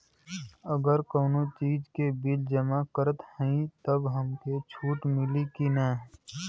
अगर कउनो चीज़ के बिल जमा करत हई तब हमके छूट मिली कि ना?